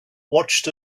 watched